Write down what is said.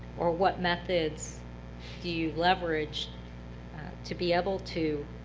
or what methods do you leverage to be able to